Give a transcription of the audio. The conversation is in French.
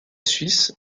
suisse